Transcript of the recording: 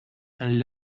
and